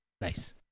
Nice